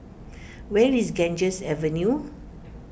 where is Ganges Avenue